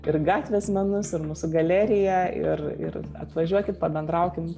ir gatvės menus ir mūsų galeriją ir ir atvažiuokit pabendraukim